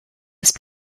ist